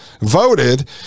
voted